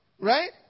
Right